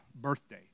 birthday